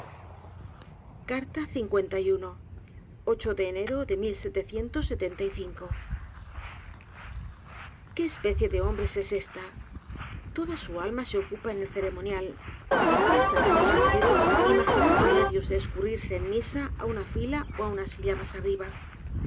de enero de qué especie de hombres es ésta ttída su alhíá se ocupa en él cer emonial y pasan áñóá enter os im'ági nándo medios de escurrirse en misa á una fila ó una silla mas arriba